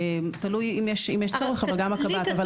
תלו אם יש צורך אבל גם הקב"ט.